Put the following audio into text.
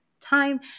time